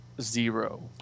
zero